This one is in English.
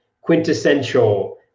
quintessential